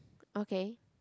okay